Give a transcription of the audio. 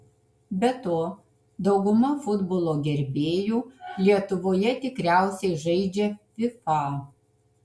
be to dauguma futbolo gerbėjų lietuvoje tikriausiai žaidžia fifa